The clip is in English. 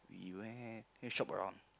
we went and shop around